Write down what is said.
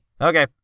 Okay